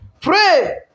Pray